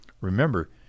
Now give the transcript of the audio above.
Remember